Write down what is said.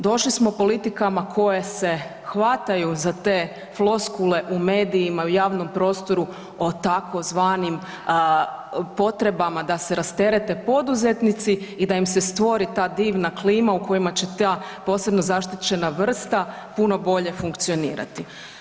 Došli smo politikama koje se hvataju za te floskule u medijima, u javnom prostoru o tzv. potrebama da se rasterete poduzetnici i da im se stvori da divna klima u kojima će ta posebno zaštićena vrsta puno bolje funkcionirati.